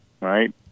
Right